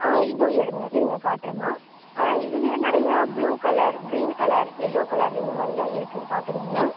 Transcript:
ஆ இதோ எடுங்க இருங்க காட்டுறம்மா இதுலையே நிறையா blue colour green colour yellow கலரில் இந்த மாதிரிலாம் இருக்குது பார்க்குறிங்களா